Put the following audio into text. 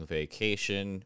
vacation